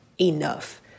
enough